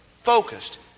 focused